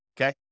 okay